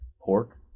pork